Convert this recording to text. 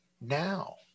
now